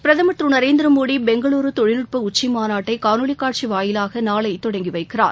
பிரதமர் திரு நரேந்திரமோடி பெங்களூரு தொழில்நுட்ப உச்சிமாநாட்டை காணொலி காட்சி வாயிலாக நாளை தொடங்கி வைக்கிறார்